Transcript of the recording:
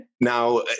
Now